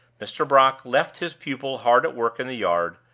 mr. brock left his pupil hard at work in the yard,